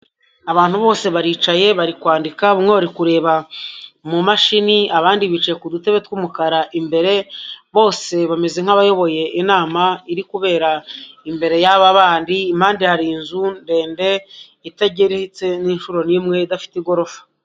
Abantu bose baricaye bari kwandika, bamwe bari kureba mu mashini, abandi bicaye ku rutebe tw'umukara imbere, bose bameze nk'abayoboye inama iri kubera imbere y'aba bandi, impande hari inzu ndende itageretse n'inshuro n'imwe idafite igorofa.